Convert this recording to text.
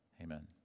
Amen